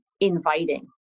inviting